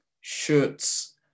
shirts